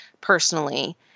personally